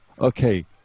Okay